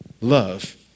love